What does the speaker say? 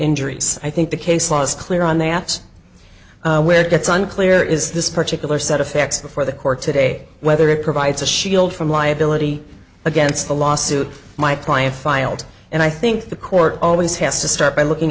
injuries i think the case law is clear on the apps where it gets unclear is this particular set of facts before the court today whether it provides a shield from liability against the lawsuit my client filed and i think the court always has to start by looking